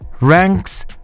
ranks